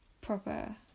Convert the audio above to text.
proper